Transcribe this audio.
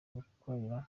gukorera